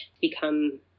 become